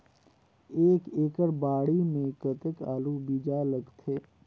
एक एकड़ बाड़ी मे कतेक आलू बीजा लगथे?